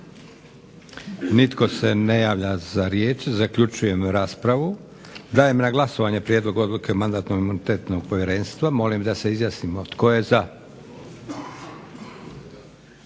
Nitko se ne javlja za riječ. Zaključujem raspravu. Dajem na glasovanje prijedlog odluke Madatno-imunitetnog povjerenstva. Molim da se izjasnimo. Tko je za?